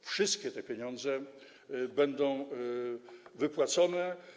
Wszystkie te pieniądze będą wypłacone.